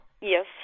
Yes